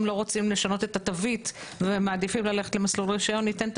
לא רוצים לשנות את התווית ומעדיפים ללכת למסלול רשיון ניתן את